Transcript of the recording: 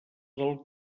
del